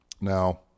Now